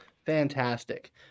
Fantastic